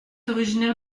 originaire